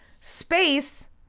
space